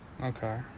Okay